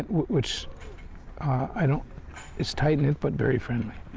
which i don't it's tight knit, but very friendly.